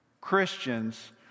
Christians